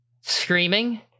screaming